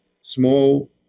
small